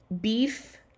Beef